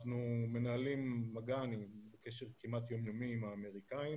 אנחנו מנהלים מגע ואני בקשר כמעט יום יומי עם האמריקאים.